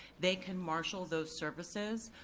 they can marshal those services.